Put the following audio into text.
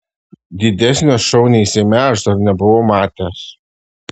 didesnio šou nei seime aš dar nebuvau matęs